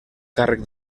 càrrec